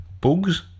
Bugs